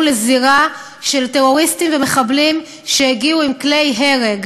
לזירה של טרוריסטים ומחבלים שהגיעו עם כלי הרג.